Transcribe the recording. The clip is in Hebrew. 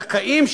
זכאים,